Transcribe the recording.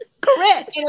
Correct